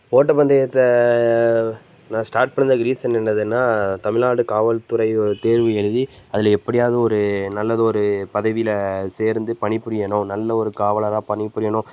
ஓட்ட பந்தயத்தை நான் ஸ்டார்ட் பண்ணதுக்கு ரீசன் என்னதுன்னா தமிழ்நாடு காவல் துறை தேர்வு எழுதி அதில் எப்படியாவது ஒரு நல்லதொரு பதவியில் சேர்ந்து பணி புரியணும் நல்ல ஒரு காவலராக பணி புரியணும்